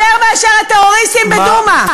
יותר מאשר הטרוריסטים בדומא.